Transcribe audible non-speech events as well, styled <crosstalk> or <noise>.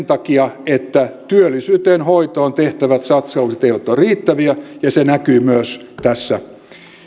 <unintelligible> takia että työllisyyden hoitoon tehtävät satsaukset eivät ole riittäviä ja se näkyy myös tässä